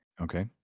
Okay